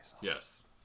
Yes